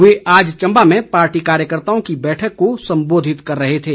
वे आज चंबा में पार्टी कार्यकर्ताओं की बैठक को सम्बोधित कर रहे थे